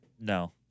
No